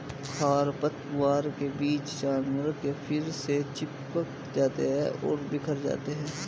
खरपतवार के बीज जानवर के फर से चिपक जाते हैं और बिखर जाते हैं